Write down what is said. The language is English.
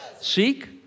Seek